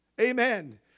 Amen